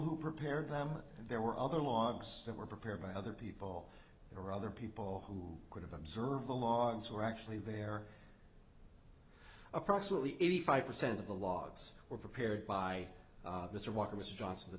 who prepared them and there were other logs that were prepared by other people or other people who could have observed the logs were actually there approximately eighty five percent of the logs were prepared by mr walker mr johnson the